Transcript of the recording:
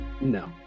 No